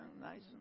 nice